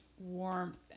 warmth